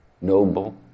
noble